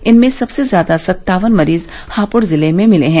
इनमें सबसे ज्यादा सत्तावन मरीज हापुड़ जिले में मिले हैं